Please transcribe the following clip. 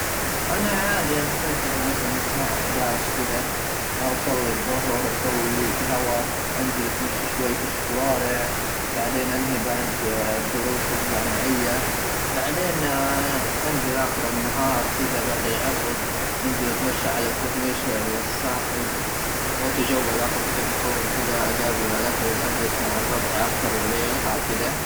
انا عادي استيقظ مثلا الساعه احداشر كذا اصلي الظهر اسوي لي قهوه انزل اتمشى شوي في الشوارع بعدين انهي بعد الدروس الجامعيه بعدين انزل اخر النهار كذا بعد العصر انزل اتمشى على كورنيش الساحل وتجول اخذ كم صوره كذا اقابل الاهلي لاجلس مع الربع اخر الليل هك